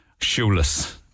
shoeless